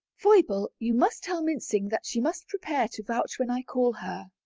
foible, you must tell mincing that she must prepare to vouch when i call her.